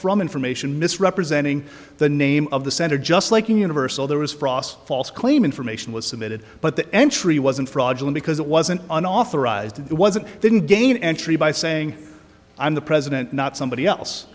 from information misrepresenting the name of the center just like in universal there was frost false claim information was submitted but the entry wasn't fraudulent because it wasn't an authorized the wasn't didn't gain entry by saying i'm the president not somebody else